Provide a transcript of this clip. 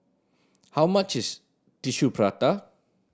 how much is Tissue Prata